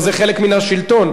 וזה חלק מן השלטון.